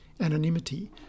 anonymity